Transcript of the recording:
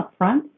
upfront